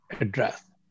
address